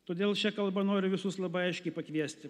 todėl šia kalba noriu visus labai aiškiai pakviesti